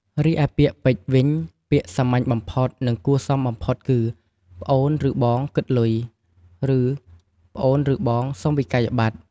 រីឯពាក្យពេចន៍វិញ ពាក្យសាមញ្ញបំផុត និងគួរសមបំផុតគឺ "ប្អូនឬបង គិតលុយ!" ឬ "ប្អូនឬបង សុំវិក្កយបត្រ!"។